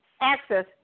access